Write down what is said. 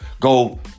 go